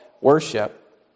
worship